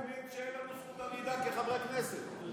כבר קבע